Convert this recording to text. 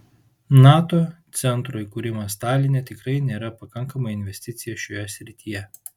nato centro įkūrimas taline tikrai nėra pakankama investicija šioje srityje